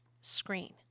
Screen